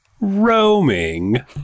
roaming